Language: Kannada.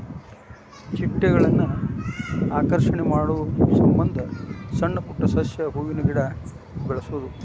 ಚಿಟ್ಟೆಗಳನ್ನ ಆಕರ್ಷಣೆ ಮಾಡುಸಮಂದ ಸಣ್ಣ ಪುಟ್ಟ ಸಸ್ಯ, ಹೂವಿನ ಗಿಡಾ ಬೆಳಸುದು